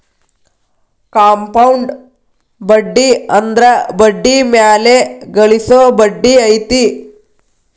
compound ಬಡ್ಡಿ ಅಂದ್ರ ಬಡ್ಡಿ ಮ್ಯಾಲೆ ಗಳಿಸೊ ಬಡ್ಡಿ ಐತಿ